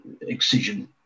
Excision